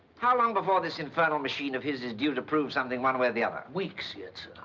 how long before this infernal machine of his is due to prove something, one way or the other? weeks yet, sir.